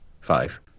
Five